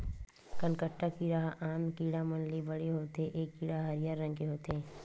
कनकट्टा कीरा ह आन कीरा मन ले बड़े होथे ए कीरा ह हरियर रंग के होथे